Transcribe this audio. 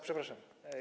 Przepraszam.